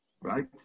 right